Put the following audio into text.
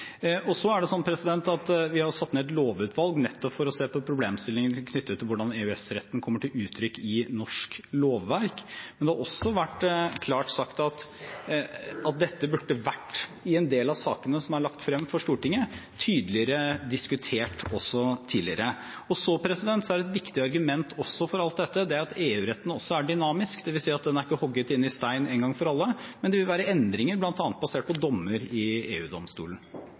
Vi har satt ned et lovutvalg nettopp for å se på problemstillinger knyttet til hvordan EØS-retten kommer til uttrykk i norsk lovverk, men det har også blitt sagt klart at dette burde, i en del av sakene som er lagt frem for Stortinget, vært tydeligere diskutert også tidligere. Et viktig argument for alt dette er at EU-retten også er dynamisk, dvs. at den ikke er hogget inn i stein en gang for alle, men at det vil være endringer, bl.a. basert på dommer i